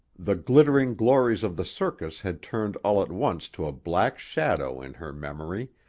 the glittering glories of the circus had turned all at once to a black shadow in her memory,